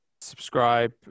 subscribe